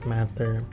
Matter